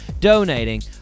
donating